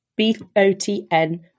BOTN